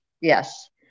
Yes